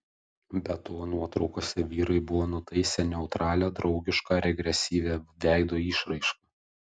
be to nuotraukose vyrai buvo nutaisę neutralią draugišką ar agresyvią veido išraišką